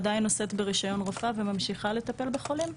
עדיין נושאת ברישיון רופאה וממשיכה לטפל בחולים.